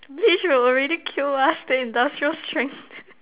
bleach will already kill us the industrial strength